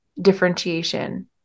differentiation